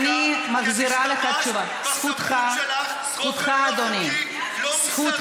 תהיה על זה תלונה לוועדת האתיקה, כי